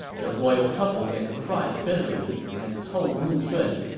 the royal couple then cried bitterly and told mu shun,